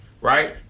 Right